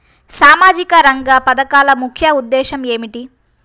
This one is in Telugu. సామాజిక రంగ పథకాల ముఖ్య ఉద్దేశం ఏమిటీ?